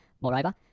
Moreover